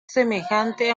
semejante